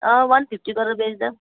one fifty गरेर बेच्दा पनि